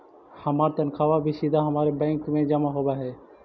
हमार तनख्वा भी सीधा हमारे खाते में जमा होवअ हई